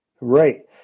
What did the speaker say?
Right